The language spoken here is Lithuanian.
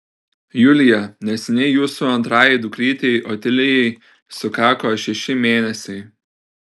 julija neseniai jūsų antrajai dukrytei otilijai sukako šeši mėnesiai